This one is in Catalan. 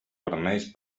vermells